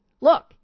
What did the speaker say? Look